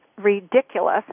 ridiculous